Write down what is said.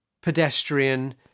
pedestrian